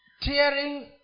Tearing